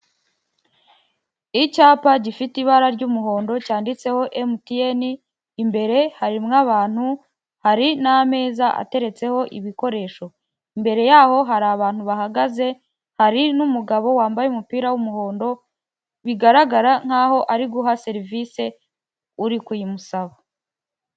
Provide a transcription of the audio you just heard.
Icyapa gifite ibara ry'umuhondo cyanditseho MTN, imbere harimo abantu, hari n'ameza ateretseho ibikoresho. Imbere yaho hari abantu bahagaze, hari n'umugabo wambaye umupira w'umuhondo, bigaragara nkaho ari guha serivise uri kuyimusaba.